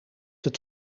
het